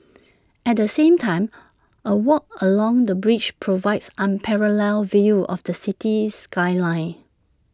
at the same time A walk along the bridge provides unparalleled views of the city skyline